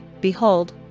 Behold